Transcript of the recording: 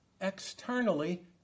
externally